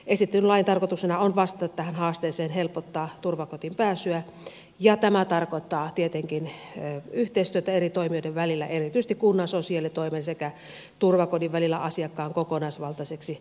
esitetyn lain tarkoituksena on vastata tähän haasteeseen helpottaa turvakotiin pääsyä ja tämä tarkoittaa tietenkin yhteistyötä eri toimijoiden välillä erityisesti kunnan sosiaalitoimen sekä turvakodin välillä asiakkaan kokonaisvaltaiseksi auttamiseksi